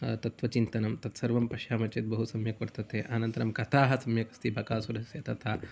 तत्त्वचिन्तनं तत्सर्वं पश्यामः चेत् बहु सम्यक् वर्तते अनन्तरं कथाः सयक् अस्ति बकासुरस्य तथा